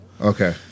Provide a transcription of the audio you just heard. Okay